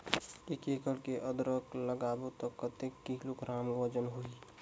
एक एकड़ मे अदरक लगाबो त कतेक किलोग्राम वजन होही?